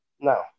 No